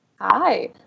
Hi